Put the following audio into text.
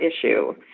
issue